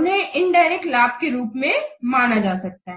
उन्हें इनडायरेक्ट लाभ के रूप में माना जा सकता है